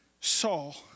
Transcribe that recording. Saul